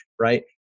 right